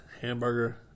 Hamburger